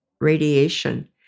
radiation